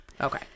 Okay